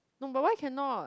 no but why cannot